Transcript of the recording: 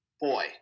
boy